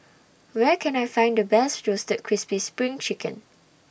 Where Can I Find The Best Roasted Crispy SPRING Chicken